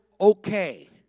okay